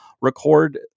record